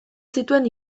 zituen